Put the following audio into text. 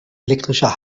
elektrischer